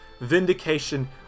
vindication